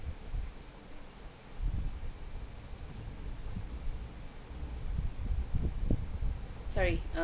sorry err